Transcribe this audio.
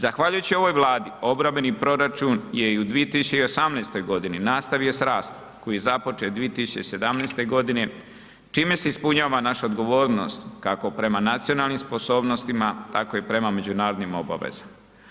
Zahvaljujući ovoj Vladi, obrambeni proračun je i u 2018. g. nastavio sa rastom koji je započet 2017. g. čime se ispunjava naša odgovornost kako prema nacionalnim sposobnostima tako i prema međunarodnim obavezama.